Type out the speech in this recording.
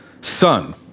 son